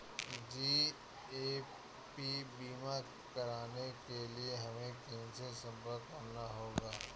GAP बीमा कराने के लिए हमें किनसे संपर्क करना होगा?